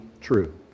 true